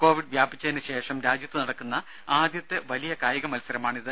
Covid വ്യാപിച്ചതിന് ശേഷം രാജ്യത്ത് നടക്കുന്ന ആദ്യത്തെ വലിയ കായിക മൽസരമാണിത്